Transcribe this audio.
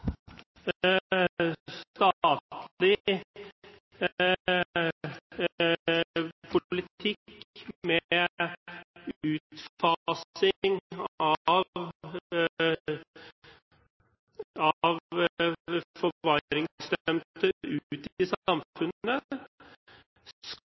politikk med utfasing av